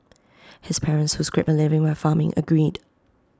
his parents who scraped A living by farming agreed